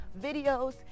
videos